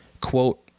Quote